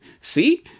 See